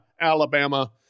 Alabama